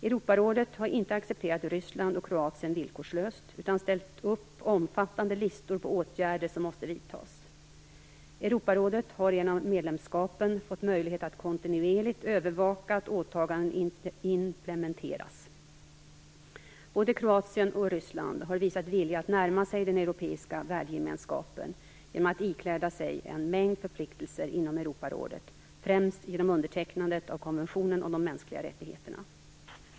Europarådet har inte accepterat Ryssland och Kroatien villkorslöst, utan ställt upp omfattande listor på åtgärder som måste vidtas. Europarådet har genom medlemskapen fått möjlighet att kontinuerligt övervaka att åtaganden implementeras. Både Kroatien och Ryssland har visat vilja att närma sig den europeiska värdegemenskapen genom att ikläda sig en mängd förpliktelser inom Europarådet, främst genom undertecknandet av konventionen om de mänskliga rättigheterna.